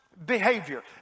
Behavior